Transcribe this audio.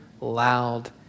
loud